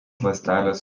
ląstelės